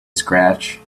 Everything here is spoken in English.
scratch